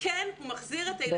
כן הוא מחזיר את הילדים